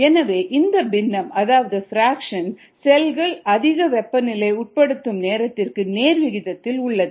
எனவே இந்த பின்னம் அதாவது பிராக்சன் செல்கள் அதிக வெப்பநிலை உட்படுத்தும் நேரத்திற்கு நேர் விகிதத்தில் உள்ளது